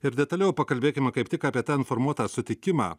ir detaliau pakalbėkim kaip tik apie tą informuotą sutikimą